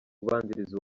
ubanziriza